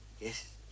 Yes